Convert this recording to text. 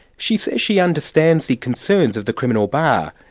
she says she understands the concerns of the criminal bar,